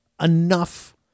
enough